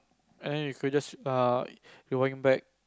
and you could just err rewind back